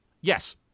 Yes